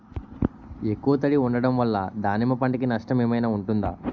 ఎక్కువ తడి ఉండడం వల్ల దానిమ్మ పంట కి నష్టం ఏమైనా ఉంటుందా?